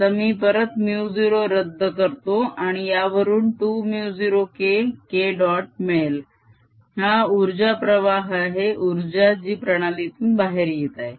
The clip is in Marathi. आता मी परत μ0 रद्द करतो आणि यावरून 2μ0K Kडॉट मिळेल हा उर्जा प्रवाह आहे उर्जा जी प्रणालीतून बाहेर येत आहे